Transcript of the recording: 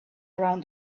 around